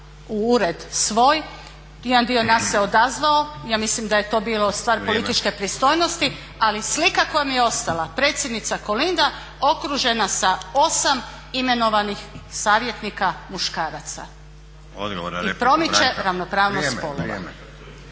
u ured svoj, jedan dio nas se odazvao, ja mislim da je to bilo stvar političke pristojnosti ali slika koja mi je ostala predsjednica Kolinda okružena sa 8 imenovanih savjetnika muškaraca. I promiče ravnopravnost spolova.